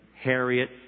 harriet